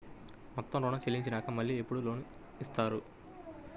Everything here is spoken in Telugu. మొత్తం ఋణం చెల్లించినాక మళ్ళీ ఎప్పుడు లోన్ ఇస్తారు?